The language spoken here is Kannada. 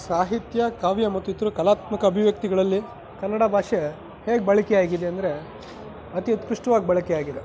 ಸಾಹಿತ್ಯ ಕಾವ್ಯ ಮತ್ತು ಇತರ ಕಲಾತ್ಮಕ ಅಭಿವ್ಯಕ್ತಿಗಳಲ್ಲಿ ಕನ್ನಡ ಭಾಷೆ ಹೇಗೆ ಬಳಕೆಯಾಗಿದೆ ಅಂದರೆ ಅತಿ ಉತ್ಕೃಷ್ಟವಾಗಿ ಬಳಕೆಯಾಗಿದೆ